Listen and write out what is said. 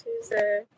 Tuesday